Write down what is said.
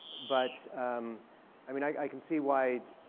but um i mean, i can see why